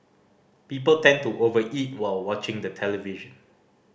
people tend to over eat while watching the television